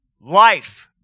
Life